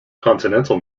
continental